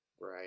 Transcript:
Right